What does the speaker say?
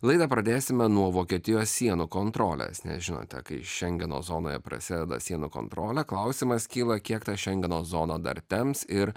laidą pradėsime nuo vokietijos sienų kontrolės nes žinote kai šengeno zonoje prasideda sienų kontrolė klausimas kyla kiek ta šengeno zona dar temps ir